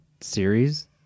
series